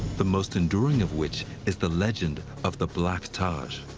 the most enduring of which is the legend of the black taj.